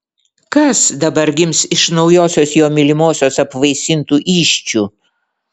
kas dabar gims iš naujosios jo mylimosios apvaisintų įsčių